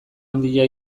handia